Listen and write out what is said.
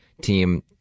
team